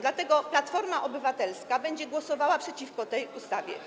Dlatego Platforma Obywatelska będzie głosowała przeciwko tej ustawie.